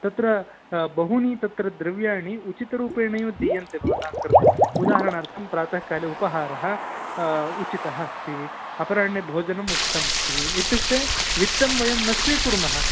तत्र बहूनि तत्र द्रव्याणि उचितरूपेणैव दीयन्ते भवताङ्कृते उदाहरणार्थं प्रातःकाले उपाहारः उचितः अस्ति अपराह्णे भोजनम् उचितमस्ति इत्युक्ते वित्तं वयं न स्वीकुर्मः